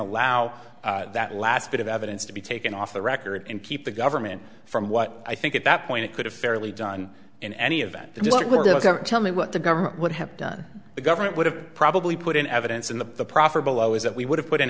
allow that last bit of evidence to be taken off the record and keep the government from what i think at that point it could have fairly done in any event the going to tell me what the government would have done the government would have probably put in evidence in the proffer below is that we would have put in